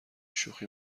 شوخی